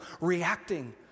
reacting